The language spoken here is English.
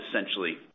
essentially